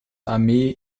armee